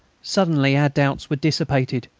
suddenly our doubts were dissipated.